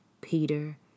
Peter